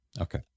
Okay